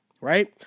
right